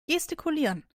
gestikulieren